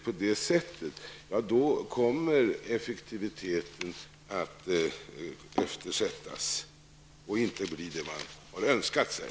I annat fall kommer effektiviteten att eftersättas, och resultatet blir inte vad man har önskat sig.